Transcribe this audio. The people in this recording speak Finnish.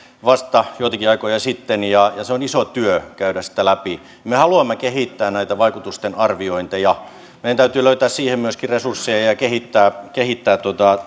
vasta joitakin aikoja sitten ja on iso työ käydä sitä läpi me haluamme kehittää näitä vaikutusten arviointeja meidän täytyy löytää siihen myöskin resursseja ja ja kehittää kehittää